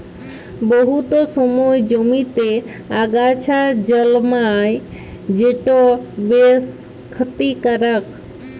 বহুত সময় জমিতে আগাছা জল্মায় যেট বেশ খ্যতিকারক